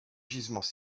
gisements